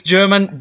German